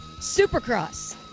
Supercross